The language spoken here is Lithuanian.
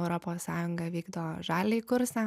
europos sąjunga vykdo žaliąjį kursą